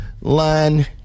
line